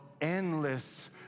endless